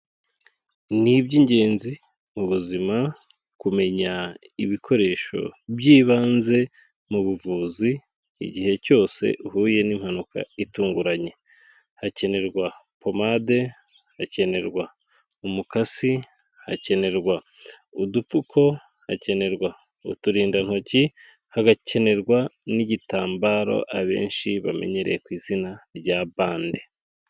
Ni iby'ingenzi mubu buzima kumenya ibikoresho by'ibanze mu buvuzi igihe cyose uhuye n'impanuka itunguranye, hakenerwa pomade, hakenerwa umukasi, hakenerwa udupfuko, hakenerwa uturindantoki, hagakenerwa n'igitambaro abenshi bamenyereye ku izina rya bande.